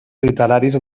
literaris